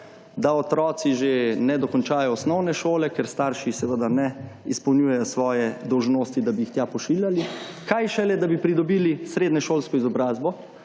da otroci že ne dokončajo osnovne šole, ker starši seveda ne izpolnjujejo svoje dolžnosti, da bi jih tja pošiljali, kaj šele da bi pridobili srednješolsko izobrazbo,